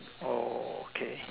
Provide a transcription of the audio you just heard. okay